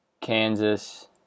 Kansas